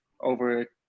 over